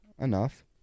Enough